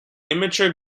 immature